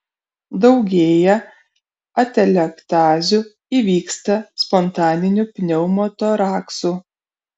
daugėja atelektazių įvyksta spontaninių pneumotoraksų